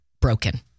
broken